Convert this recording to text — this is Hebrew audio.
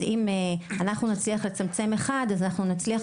אז אם אנחנו נצליח לצמצם אחד אז אנחנו נצליח